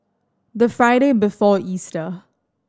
the Friday before Easter